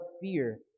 fear